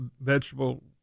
vegetable